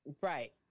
Right